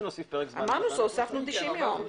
הוספנו 90 יום,